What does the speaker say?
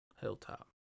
Hilltop